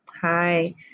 Hi